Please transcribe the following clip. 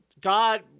God